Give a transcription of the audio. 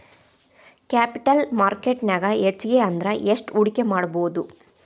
Capital market ನ್ಯಾಗ್ ಹೆಚ್ಗಿ ಅಂದ್ರ ಯೆಸ್ಟ್ ಹೂಡ್ಕಿಮಾಡ್ಬೊದು?